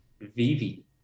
Vivi